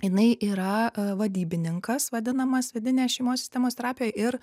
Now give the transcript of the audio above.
jinai yra vadybininkas vadinamas vidinės šeimos sistemos terapijoj ir